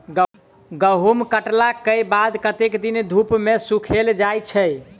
गहूम कटला केँ बाद कत्ते दिन धूप मे सूखैल जाय छै?